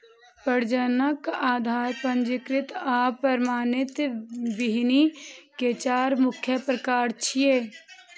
प्रजनक, आधार, पंजीकृत आ प्रमाणित बीहनि के चार मुख्य प्रकार छियै